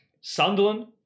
Sunderland